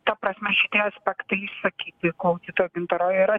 ta prasme šitie aspektai išsakyti ko kito gintaro yra